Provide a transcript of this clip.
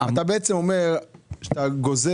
ואני פוחד